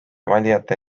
valijate